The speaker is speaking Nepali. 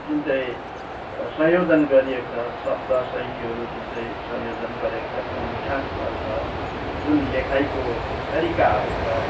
जुन चाहिँ संयोजन गरिएको छ शब्द शैलीहरू जुन चाहिँ संयोजन गरेको छ जुन मिठासपन छ जुन लेखाइको तरिकाहरू छ